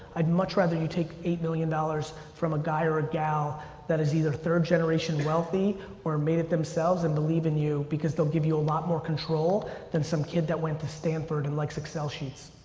i'd much rather you take eight million dollars from a guy or a gal that is either third generation wealthy or made it themselves and believe in you because they'll give you a lot more control than some kid that went to stanford and likes excel sheets.